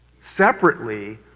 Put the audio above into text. separately